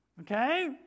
okay